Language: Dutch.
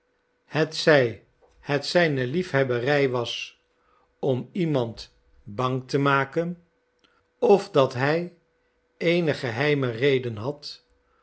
hetzij het zijne liefhebberij was om iemand bang te maken of dat hij eene geheime reden had